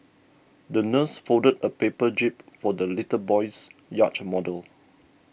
the nurse folded a paper jib for the little boy's yacht model